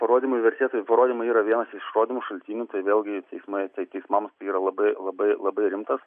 parodymų vertė parodymai yra vienas iš įrodymų šaltinių tai vėlgi teismai tai teismams tai yra labai labai labai rimtas